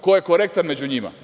Ko je korektan među njima?